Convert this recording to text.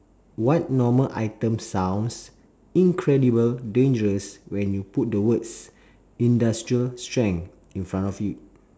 what normal item sounds incredible dangerous when you put the words industrial strength in front of you